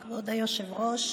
כבוד היושב-ראש,